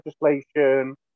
legislation